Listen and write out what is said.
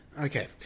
Okay